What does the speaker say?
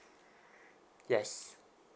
yes